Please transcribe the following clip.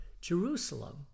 Jerusalem